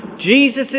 Jesus